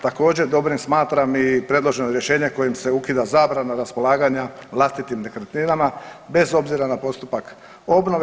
Također dobrim smatram i predloženo rješenje kojim se ukida zabrana raspolaganja vlastitim nekretninama bez obzira na postupak obnove.